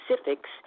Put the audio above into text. specifics